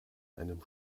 einem